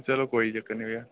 चलो कोई चक्कर नी भैया